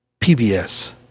PBS